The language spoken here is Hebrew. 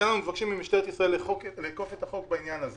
לכן אנחנו מבקשים ממשטרת ישראל לאכוף את החוק בעניין הזה".